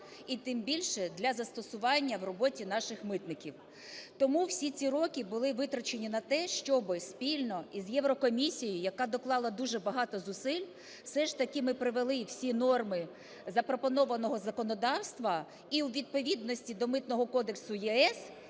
і тим більше для застосування в роботі наших митників. Тому всі ці роки були витрачені на те, щоб спільно із Єврокомісією, яка доклала дуже багато зусиль, все ж таки ми привели всі норми запропонованого законодавства і у відповідності до Митного кодексу ЄС,